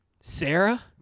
Sarah